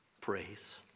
praise